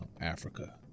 Africa